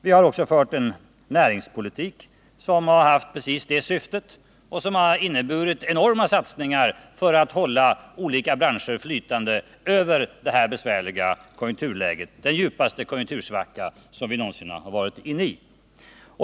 Vi har också fört en näringspolitik som har haft precis det syftet och som har inneburit enorma satsningar för att hålla branscher flytande över det här besvärande konjunkturläget, den djupaste konjunktursvacka som vi någonsin har varit inne i.